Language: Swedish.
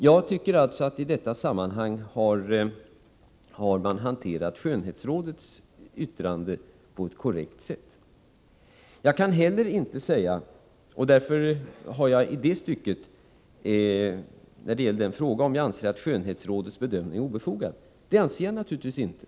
Jag tycker med andra ord att man i det här sammanhanget har behandlat skönhetsrådets yttrande på ett korrekt sätt. Här ställdes frågan om jag anser att skönhetsrådets bedömning är ogrundad. Det anser jag naturligtvis inte.